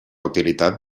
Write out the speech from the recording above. utilitat